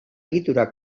egitura